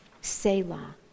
Selah